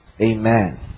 amen